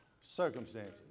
circumstances